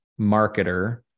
marketer